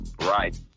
Right